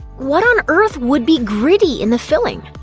what on earth would be gritty in the filling?